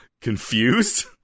Confused